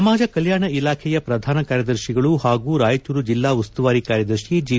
ಸಮಾಜ ಕೆಲ್ಯಾಣ ಇಲಾಖೆಯ ಪ್ರಧಾನ ಕಾರ್ಯದರ್ಶಿಗಳೂ ಹಾಗೂ ರಾಯಚೂರು ಜಿಲ್ಲಾ ಉಸ್ತುವಾರಿ ಕಾರ್ಯದರ್ಶಿ ಜಿ